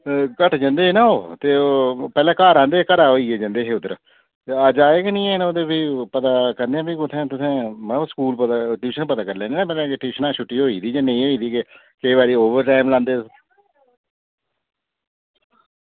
घट्ट जन्दे ना ओह् ते ओह पैह्लै घर आंदे घरा होइयै जन्दे हे उद्धर ते अज्ज आए गै निं हैन ओह् पता करने फ्ही कुत्थै कुत्थै महा ओह् स्कूल पता ट्यूशन पता करी लैन्ने ना पैह्ले कि ट्यूशना छुट्टी होई दी जां नेईं होई दी के केई बारी ओवरटाइम लांदे तुस